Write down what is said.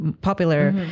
popular